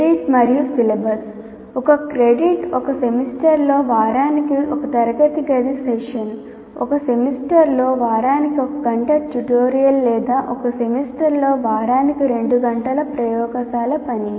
credit మరియు syllabus ఒక credit ఒక సెమిస్టర్లో వారానికి ఒక తరగతి గది సెషన్ ఒక సెమిస్టర్లో వారానికి ఒక గంట ట్యుటోరియల్ లేదా ఒక సెమిస్టర్లో వారానికి రెండు గంటల ప్రయోగశాల పని